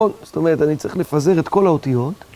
זאת אומרת, אני צריך לפזר את כל האותיות.